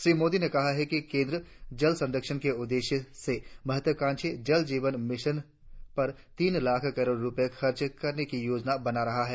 श्री मोदी ने कहा कि केंद्र जल संरक्षण के उद्देश्य से महत्वकांक्षी जल जीवन मिशन पर तीन लाख करोड़ रुपये खर्च करने की योजना बना रहा है